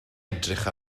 edrych